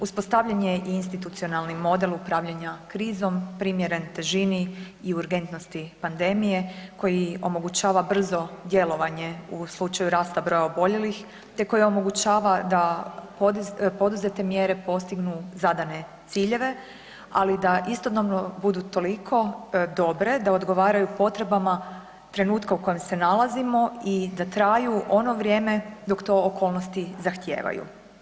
Uspostavljen je i institucionalni model upravljanja krizom primjeren težini i urgentnosti pandemije koji omogućava brzo djelovanje u slučaju rasta broja oboljelih te koje omogućava da poduzete mjere postignu zadane ciljeve, ali da istodobno budu toliko dobre da odgovaraju potrebama trenutka u kojem se nalazimo i da traju ono vrijeme dok to okolnosti zahtijevaju.